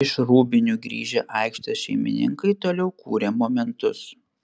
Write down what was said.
iš rūbinių grįžę aikštės šeimininkai toliau kūrė momentus